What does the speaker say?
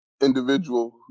individual